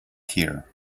here